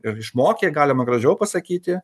ir išmokė galima gražiau pasakyti